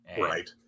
Right